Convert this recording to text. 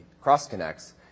cross-connects